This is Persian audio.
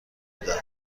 دهد